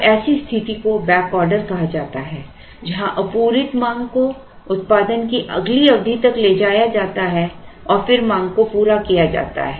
अब ऐसी स्थिति को बैक ऑर्डर कहा जाता है जहां अपूरीत मांग को उत्पादन की अगली अवधि तक ले जाया जाता है और फिर मांग को पूरा किया जाता है